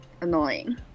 annoying